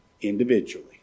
individually